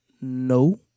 no